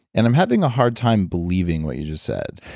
and i'm having a hard time believing what you just said.